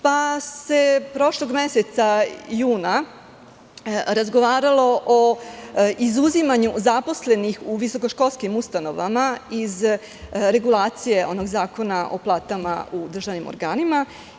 Prošlog meseca, juna, razgovaralo se o izuzimanju zaposlenih u visokoškolskim ustanovama iz regulacije Zakona o platama u državnim organima.